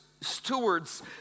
stewards